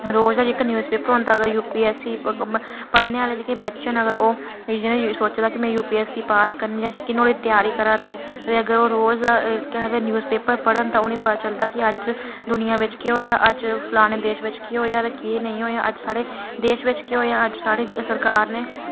रोज़ दा जेह्ड़ा newspaper होंदा ओह् यूपीएससी पढ़ने आह्ले न अगर ओह् जां जिन्ने सोचे दा कि में यूपीएससी पास करनी जेह्के नुहाड़ी त्यारी करा अगर ओह् रोज़ इक्क केह् आखदे न्यूज़ पेपर पढ़न तां पता चलदा कि अज्ज दुनियां बिच केह् होआ फलाने देश बिच केह् होया केह् नेईं देश बिच केह् होया अज्ज साढ़ी सरकार नै